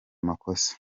makosa